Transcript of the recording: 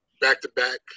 back-to-back